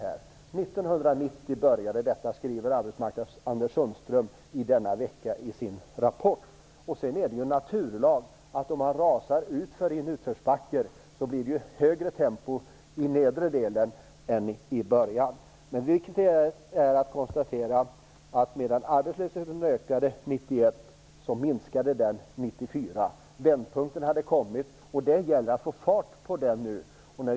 År 1990 började detta, skriver arbetsmarknadsminister Anders Sundström i sin rapport denna vecka. Sedan är det en naturlag att om man rasar utför i en utförsbacke så blir det högre tempo i nedre delen av backen än i början. Det viktiga är att konstatera att medan arbetslösheten ökade 1991 så minskade den 1994. Vändpunkten hade kommit, och det gäller att nu få fart på utvecklingen.